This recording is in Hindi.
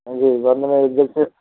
जी जल्दी मिलते हैं